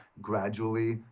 gradually